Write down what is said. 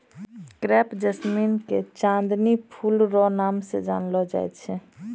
crepe jasmine के चांदनी फूल रो भी नाम से जानलो जाय छै